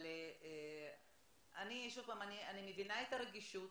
אבל, שוב, אני מבינה את הרגישות